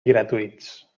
gratuïts